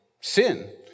sin